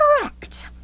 correct